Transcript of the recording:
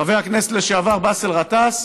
חבר הכנסת לשעבר באסל גטאס,